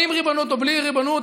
עם ריבונות או בלי ריבונות,